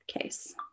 case